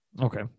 Okay